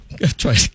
Try